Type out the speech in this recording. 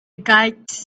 guides